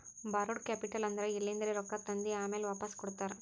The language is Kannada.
ಬಾರೋಡ್ ಕ್ಯಾಪಿಟಲ್ ಅಂದುರ್ ಎಲಿಂದ್ರೆ ರೊಕ್ಕಾ ತಂದಿ ಆಮ್ಯಾಲ್ ವಾಪಾಸ್ ಕೊಡ್ತಾರ